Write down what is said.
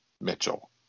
Mitchell